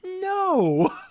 No